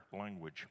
language